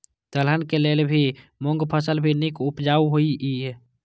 दलहन के लेल भी मूँग फसल भी नीक उपजाऊ होय ईय?